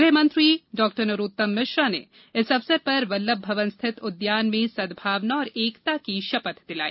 गृह मंत्री डाक्टर नरोत्तम मिश्रा ने इस अवसर पर वल्लभ भवन स्थित उद्यान में सद्भावना और एकता की शपथ दिलाई